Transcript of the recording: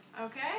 Okay